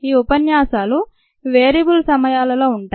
ఈ ఉపన్యాసాలు వేరియబుల్ సమయాలలో ఉంటాయి